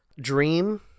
dream